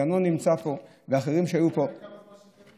ינון נמצא פה ואחרים, שהיו פה, תוך כמה זמן שחררו?